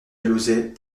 alauzet